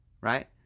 right